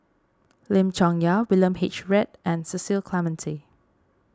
Lim Chong Yah William H Read and Cecil Clementi